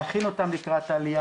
להכין אותם לקראת העלייה,